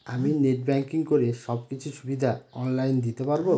আমি net banking করে সব কিছু সুবিধা অন লাইন দিতে পারবো?